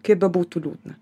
kaip bebūtų liūdna